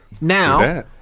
now